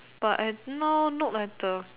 but I now note like the